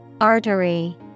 Artery